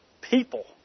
people